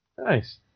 Nice